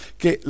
che